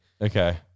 Okay